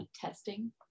testing